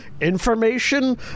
information